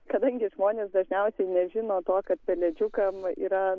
kadangi žmonės dažniausiai nežino to kad pelėdžiukam yra